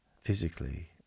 physically